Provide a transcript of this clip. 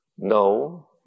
No